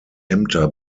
ämter